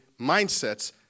mindsets